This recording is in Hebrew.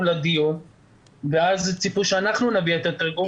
לדיון ואז ציפו שאנחנו נביא את התרגום.